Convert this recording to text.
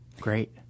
Great